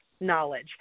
knowledge